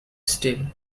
still